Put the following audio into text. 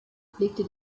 pflegte